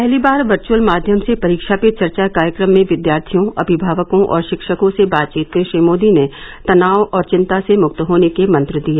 पहली बार वर्चुअल माध्यम से परीक्षा पे चर्चा कार्यक्रम में विद्यार्थियों अमिमावकों और शिक्षकों से बातचीत में श्री मोदी ने तनाव और चिंता से मुक्त होने के मंत्र दिए